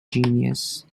genius